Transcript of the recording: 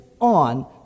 on